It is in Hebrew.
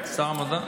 אתה שר המדע?